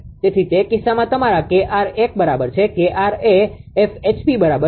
તેથી તે કિસ્સામાં તમારા 𝐾𝑟 1 બરાબર છે 𝐾𝑟 એ 𝐹𝐻𝑃 બરાબર છે